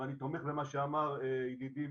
זה מה שאמר ידידי